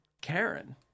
Karen